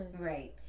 Right